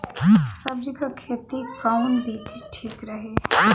सब्जी क खेती कऊन विधि ठीक रही?